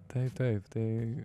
taip taip tai